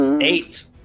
Eight